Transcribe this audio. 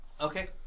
Okay